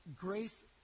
grace